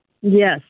yes